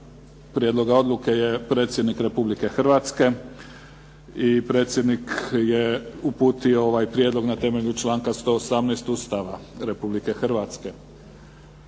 Predlagatelj: Predsjednik Republike Hrvatske Predsjednik je uputio ovaj prijedlog na temelju članka 118. Ustava Republike Hrvatske.